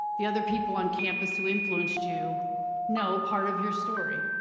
the other people on campus who influenced you know part of your story.